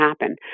happen